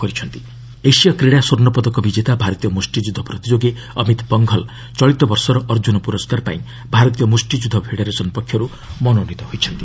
boxing Arjuna nomination ଏସୀୟ କ୍ରୀଡ଼ା ସ୍ୱର୍ଷ୍ଣ ପଦକ ବିଜେତା ଭାରତୀୟ ମୁଷ୍ଟିଯୁଦ୍ଧ ପ୍ରତିଯୋଗୀ ଅମିତ ପଙ୍ଘଲ ଚଳିତ ବର୍ଷର ଅର୍ଜୁନ ପୁରସ୍କାର ପାଇଁ ଭାରତୀୟ ମୁଷ୍ଟିଯୁଦ୍ଧ ଫେଡରେସନ୍ ପକ୍ଷରୁ ମନୋନିତ ହୋଇଛନ୍ତି